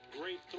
great